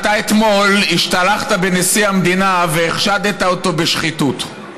אתה אתמול השתלחת בנשיא המדינה והחשדת אותו בשחיתות.